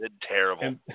Terrible